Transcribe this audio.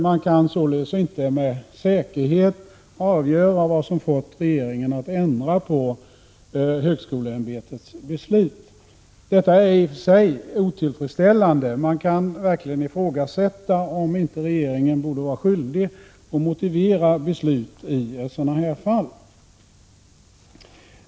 Man kan således inte med säkerhet avgöra vad som fått regeringen att ändra på högskoleämbetets beslut. Det är i sig otillfredsställande. Man kan verkligen ifrågasätta om inte regeringen borde vara skyldig att motivera beslut i sådana här fall.